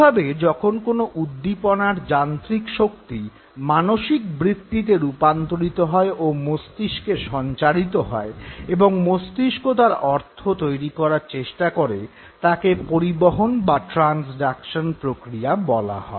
এইভাবে যখন কোনো উদ্দীপনার যান্ত্রিকশক্তি মানসিক বৃত্তিতে রূপান্তরিত হয় ও মস্তিষ্কে সঞ্চারিত হয় এবং মস্তিষ্ক তার অর্থ তৈরি করার চেষ্টা করে তাকে পরিবহণ বা ট্রান্সডাকশন প্রক্রিয়া বলা হয়